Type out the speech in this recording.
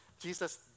Jesus